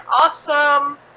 awesome